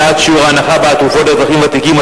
העלאת שיעור ההנחה בעד תרופות לאזרחים ותיקים),